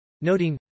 noting